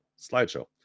slideshow